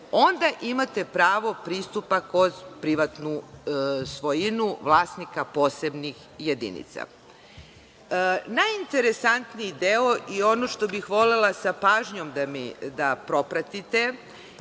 onda imate pravo pristupa kroz privatnu svojinu vlasnika posebnih jedinica. Najinteresantniji deo, i ono što bih volela sa pažnjom da propratite,